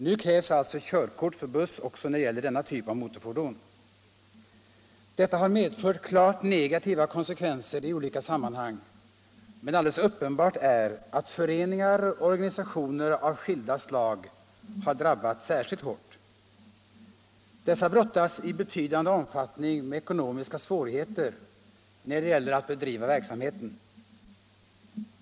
Nu krävs alltså körkort för buss också när det gäller denna typ av motorfordon. Detta har medfört klart negativa konsekvenser i olika sammanhang, men alldeles uppenbart är att föreningar och organisationer av skilda slag har drabbats särskilt hårt. Dessa brottas i betydande omfattning med ekonomiska svårigheter när det gäller att bedriva verksamheten.